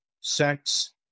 sex